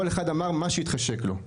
כל אחד אמר מה שהתחשק לו,